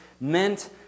meant